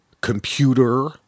computer